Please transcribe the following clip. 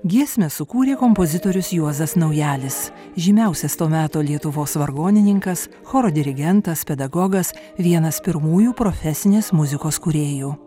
giesmę sukūrė kompozitorius juozas naujalis žymiausias to meto lietuvos vargonininkas choro dirigentas pedagogas vienas pirmųjų profesinės muzikos kūrėjų